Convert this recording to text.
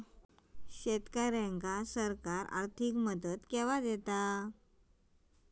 शेतकऱ्यांका सरकार आर्थिक मदत केवा दिता?